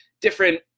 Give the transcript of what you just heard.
different